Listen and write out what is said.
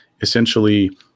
essentially